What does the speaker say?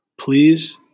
Please